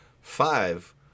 five